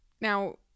Now